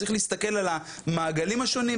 וצריך להסתכל על המעגלים השונים,